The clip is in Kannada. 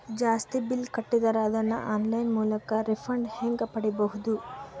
ಜಾಸ್ತಿ ಬಿಲ್ ಕಟ್ಟಿದರ ಅದನ್ನ ಆನ್ಲೈನ್ ಮೂಲಕ ರಿಫಂಡ ಹೆಂಗ್ ಪಡಿಬಹುದು?